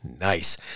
Nice